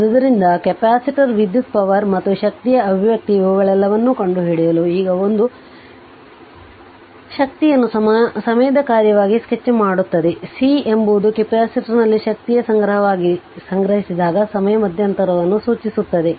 ಆದ್ದರಿಂದ ಕೆಪಾಸಿಟರ್ ವಿದ್ಯುತ್ ಪವರ್ ಮತ್ತು ಶಕ್ತಿಯ ಅಭಿವ್ಯಕ್ತಿ ಇವುಗಳೆಲ್ಲವನ್ನೂ ಕಂಡುಹಿಡಿಯಲು ಇದು ಈಗ ಒಂದು ಬಿ ಶಕ್ತಿಯನ್ನು ಸಮಯದ ಕಾರ್ಯವಾಗಿ ಸ್ಕೆಚ್ ಮಾಡುತ್ತದೆಸಿ ಎಂಬುದು ಕೆಪಾಸಿಟರ್ನಲ್ಲಿ ಶಕ್ತಿಯನ್ನುಸಂಗ್ರಹಿಸಿದಾಗ ಸಮಯದ ಮಧ್ಯಂತರವನ್ನು ಸೂಚಿಸುತ್ತದೆ